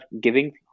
giving